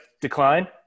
decline